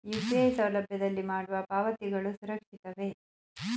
UPI ಸೌಲಭ್ಯದಲ್ಲಿ ಮಾಡುವ ಪಾವತಿಗಳು ಸುರಕ್ಷಿತವೇ?